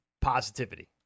Positivity